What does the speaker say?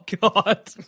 God